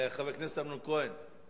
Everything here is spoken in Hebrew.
חבר הכנסת אמנון כהן.